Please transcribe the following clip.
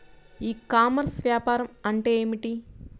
ఈ కామర్స్లో వ్యాపారం అంటే ఏమిటి?